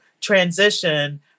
transition